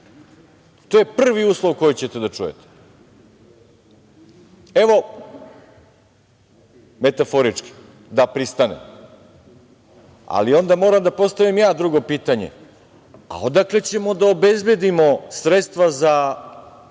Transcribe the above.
To je prvi uslov koji ćete da čujete. Evo, metaforički, da pristanem, ali onda moram da postavim ja drugo pitanje – a odakle ćemo da obezbedimo sredstva za